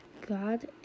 God